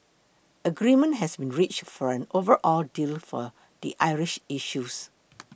agreement has been reached for an overall deal for the Irish issues